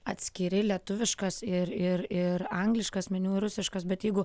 atskiri lietuviškas ir ir ir angliškas meniu ir rusiškas bet jeigu